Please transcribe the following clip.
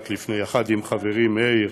רק לפני, יחד עם חברי מאיר,